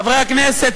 חברי הכנסת,